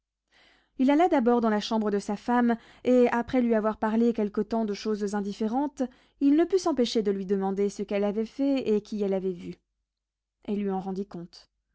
il alla d'abord dans la chambre de sa femme et après lui avoir parlé quelque temps de choses indifférentes il ne put s'empêcher de lui demander ce qu'elle avait fait et qui elle avait vu elle lui en rendit compte